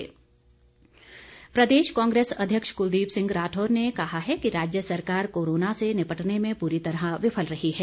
कांग्रेस प्रदेश कांग्रेस अध्यक्ष कुलदीप सिंह राठौर ने कहा है कि राज्य सरकार कोरोना से निपटने में पूरी तरह विफल रही है